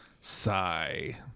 Sigh